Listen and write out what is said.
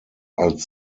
als